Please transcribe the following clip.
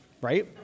right